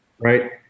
right